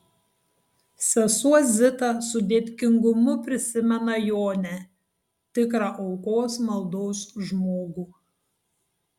sesuo zita su dėkingumu prisimena jonę tikrą aukos maldos žmogų